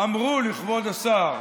אמרו לכבוד השר,